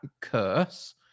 curse